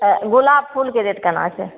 तऽ गुलाब फूलके रेट केना छै